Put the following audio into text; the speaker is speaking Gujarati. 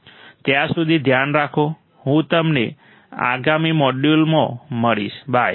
ત્યાં સુધી ધ્યાન રાખજો હું તમને આગામી મોડ્યુલમાં મળીશ બાય